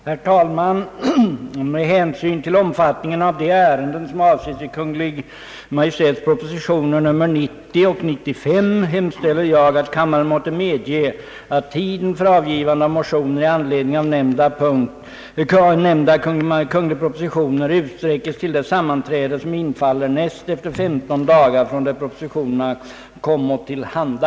Herr talman! Med hänsyn till omfattningen av de ärenden, som avses i Kungl. Maj:ts propositioner nr 90 och nr 95, hemställer jag att kammaren måtte medgiva att tiden för avgivande av motioner i anledning av nämnda kungl. propositioner utsträckes till det sammanträde, som infaller näst efter femton dagar från det propositionerna kom kammaren till handa.